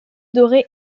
dorée